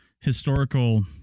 historical